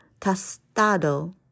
Tostado